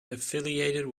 affiliated